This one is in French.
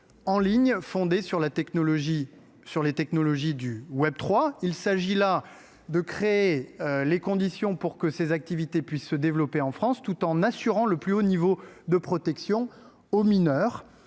numériques fondés sur les technologies du Web 3.0. Il s’agit là de créer les conditions pour que ces activités puissent se développer en France, tout en assurant le plus haut niveau de protection aux mineurs